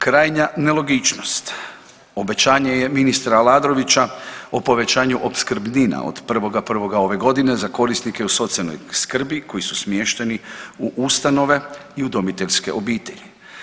Krajnja nelogičnost obećanje je ministra Aladrovića o povećanju opskrbnina od 1.1. ove godine za korisnike u socijalnoj skrbi koji su smješteni u ustanove i udomiteljske obitelji.